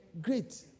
great